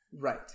Right